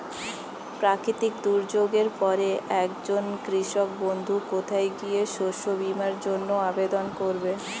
প্রাকৃতিক দুর্যোগের পরে একজন কৃষক বন্ধু কোথায় গিয়ে শস্য বীমার জন্য আবেদন করবে?